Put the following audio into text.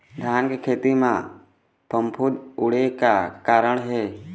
धान के खेती म फफूंद उड़े के का कारण हे?